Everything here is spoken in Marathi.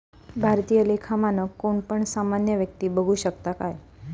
भारतीय लेखा मानक कोण पण सामान्य व्यक्ती बघु शकता काय?